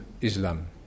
Islam